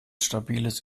stabiles